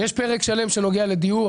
יש פרק שלם שנוגע לדיור.